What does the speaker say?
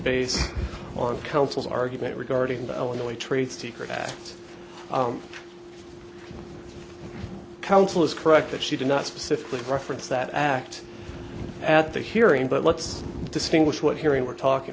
base on counsel's argument regarding the only trade secret that counsel is correct that she did not specifically reference that act at the hearing but let's distinguish what hearing we're talking